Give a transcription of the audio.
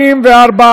סעיף 1 נתקבל.